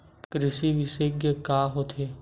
कृषि विशेषज्ञ का होथे?